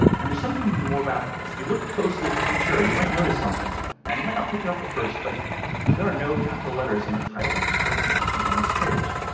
and there's something even more radical. if you look closely at the futura, you might notice something. you might not pick it up at first, but there are no capital letters in the title or the captions on this page.